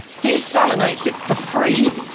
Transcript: desalinates it, for free,